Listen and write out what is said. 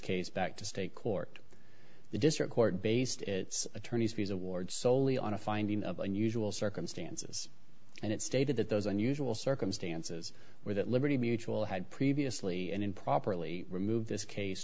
case back to state court the district court based its attorney's fees award soley on a finding of unusual circumstances and it stated that those unusual circumstances were that liberty mutual had previously and improperly removed this case